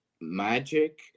Magic